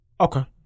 Okay